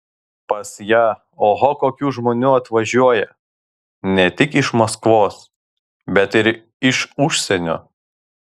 pas ją oho kokių žmonių atvažiuoja ne tik iš maskvos bet ir iš užsienio